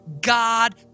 God